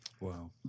Wow